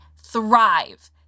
thrive